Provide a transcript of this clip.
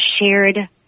shared